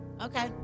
Okay